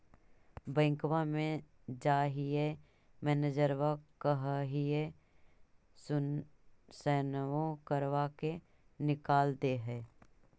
बैंकवा मे जाहिऐ मैनेजरवा कहहिऐ सैनवो करवा के निकाल देहै?